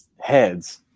heads